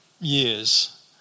years